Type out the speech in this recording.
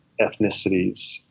ethnicities